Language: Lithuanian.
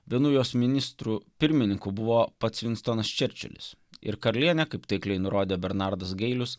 vienu jos ministru pirmininku buvo pats vinstonas čerčilis ir karalienė kaip taikliai nurodė bernardas gailius